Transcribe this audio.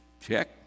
Check